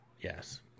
yes